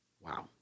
Wow